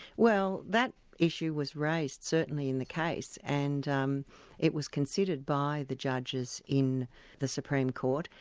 well that issue was raised certainly in the case, and um it was considered by the judges in the supreme court.